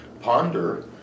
ponder